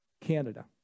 Canada